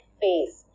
face